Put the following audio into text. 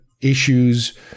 issues